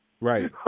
Right